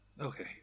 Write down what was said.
Okay